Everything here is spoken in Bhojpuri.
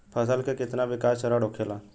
फसल के कितना विकास चरण होखेला?